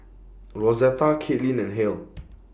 Rosetta Kaitlyn and Halle